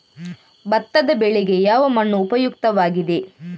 ಭತ್ತದ ಬೆಳೆಗೆ ಯಾವ ಮಣ್ಣು ಉಪಯುಕ್ತವಾಗಿದೆ?